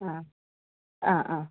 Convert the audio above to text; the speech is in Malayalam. അ അ അ